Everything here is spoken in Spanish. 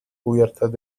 cubiertas